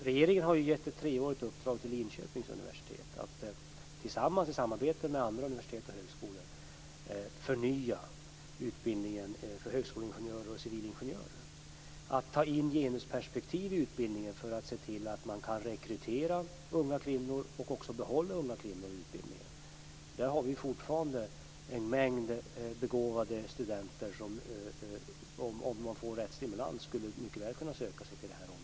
Regeringen har gett ett treårigt uppdrag till Linköpings universitet att i samarbete med andra universitet och högskolor förnya utbildningen av högskoleingenjörer och civilingenjörer. Man skall bl.a. ta in genusperspektiv i utbildningen för att kunna rekrytera och även behålla unga kvinnor i utbildningen. Det finns bland dem fortfarande en mängd begåvade studenter som, om de får rätt stimulans, mycket väl skulle kunna söka sig till det här området.